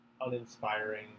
uninspiring